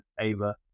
Ava